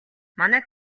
манай